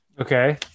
Okay